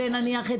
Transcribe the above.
נניח,